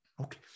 okay